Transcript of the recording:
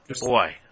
boy